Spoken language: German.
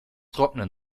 trocknen